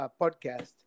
podcast